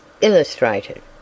illustrated